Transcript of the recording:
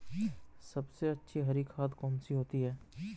सबसे अच्छी हरी खाद कौन सी होती है?